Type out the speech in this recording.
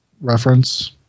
reference